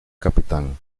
capitán